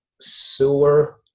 sewer